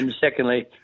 secondly